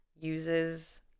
uses